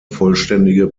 vollständige